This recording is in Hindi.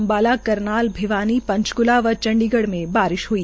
अम्बाला करनाल भिवानी पंचक्ला व चंडीगढ में बारिश हई